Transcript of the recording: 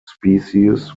species